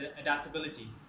adaptability